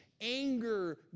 anger